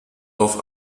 auf